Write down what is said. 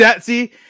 see